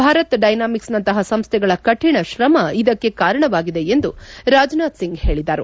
Bharat Dynamics ನಂತಹ ಸಂಸ್ವೆಗಳ ಕರಿಣಶ್ರಮ ಇದಕ್ಕೆ ಕಾರಣವಾಗಿದೆ ಎಂದು ರಾಜನಾಥ್ ಸಿಂಗ್ ಹೇಳಿದರು